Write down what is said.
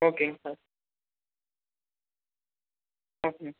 ஓகேங்க சார் ஓகேங்க